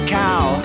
cow